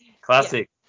classic